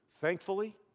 Thankfully